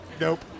nope